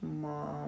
mom